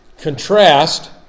contrast